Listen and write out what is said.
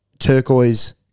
Turquoise